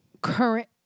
current